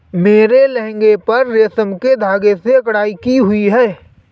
मेरे लहंगे पर रेशम के धागे से कढ़ाई की हुई है